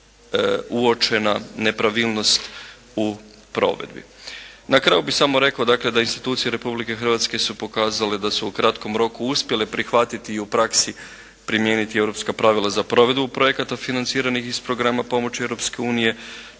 uočena nepravilnost u provedbi. Na kraju bih samo rekao dakle da institucije Republike Hrvatske su pokazale da su u kratkom roku uspjele prihvatiti i u praksi primijeniti europska pravila za provedbu projekata financiranih iz programa pomoći Europske unije.